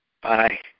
Bye